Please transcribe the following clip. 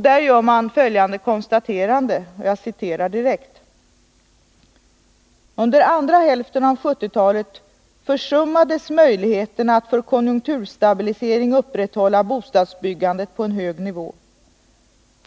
Där gör man följande konstaterande: ”Under andra hälften av 70-talet försummades möjligheterna att för konjunkturstabilisering upprätthålla bostadsbyggandet på en hög nivå.